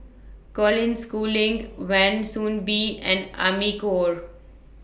Colin Schooling Wan Soon Bee and Amy Khor